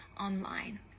online